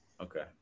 Okay